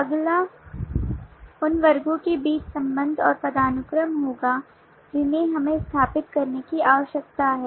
अगला उन वर्गों के बीच संबंध और पदानुक्रम होगा जिन्हें हमें स्थापित करने की आवश्यकता है